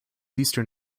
eastern